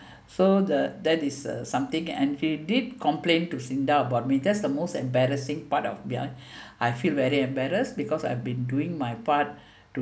so the that is uh something and he did complain to sinda about me that's the most embarrassing part of me I feel very embarrassed because I've been doing my part